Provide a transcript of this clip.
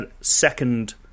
second